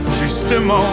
Justement